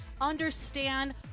understand